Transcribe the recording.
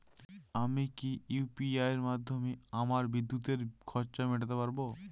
আমি কি ইউ.পি.আই মাধ্যমে আমার বিদ্যুতের খরচা মেটাতে পারব?